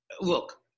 look